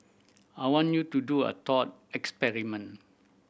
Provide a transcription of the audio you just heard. I want you to do a thought experiment